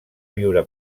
viure